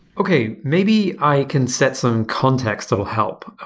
okay. maybe i can set some context or help.